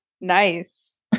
nice